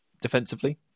Defensively